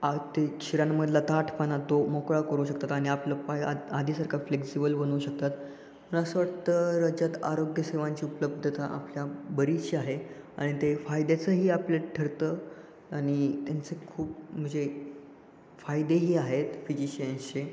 आ ते शिरांमधला ताठपाणा तो मोकळा करू शकतात आणि आपलं पाय आद आधीसारखा फ्लेक्सिबल बनवू शकतात पण असं वाटतं राज्यात आरोग्यसेवांची उपलब्धता आपल्या बरीचशी आहे आणि ते फायद्याचंही आपलं ठरतं आणि त्यांचं खूप म्हणजे फायदेही आहेत फिजिशियन्सचे